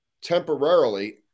temporarily